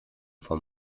vom